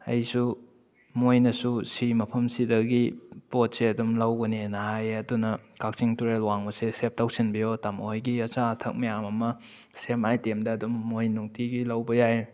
ꯑꯩꯁꯨ ꯃꯣꯏꯅꯁꯨ ꯁꯤꯒꯤ ꯃꯐꯝꯁꯤꯗꯒꯤ ꯄꯣꯠꯁꯦ ꯑꯗꯨꯝ ꯂꯧꯒꯅꯦꯅ ꯍꯥꯏꯑꯦ ꯑꯗꯨꯅ ꯀꯛꯆꯤꯡ ꯇꯨꯔꯦꯜ ꯋꯥꯡꯃꯁꯦ ꯁꯦꯕ ꯇꯧꯁꯟꯕꯤꯌꯣ ꯇꯥꯃꯣ ꯍꯣꯏꯒꯤ ꯑꯆꯥ ꯑꯊꯛ ꯃꯌꯥꯝ ꯑꯃ ꯁꯦꯝ ꯑꯥꯏꯇꯦꯝꯗ ꯑꯗꯨꯝ ꯃꯣꯏ ꯅꯨꯡꯇꯤꯒꯤ ꯂꯧꯕ ꯌꯥꯏ